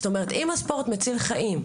זאת אומרת, אם הספורט מציל חיים,